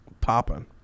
popping